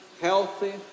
healthy